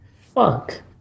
Fuck